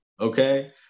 okay